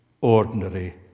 ordinary